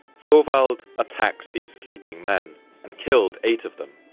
thorvald attacked these sleeping men and killed eight of them,